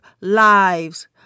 lives